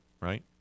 right